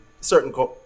certain